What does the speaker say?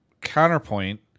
counterpoint